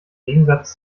gegensatz